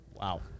Wow